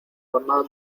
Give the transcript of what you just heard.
jornada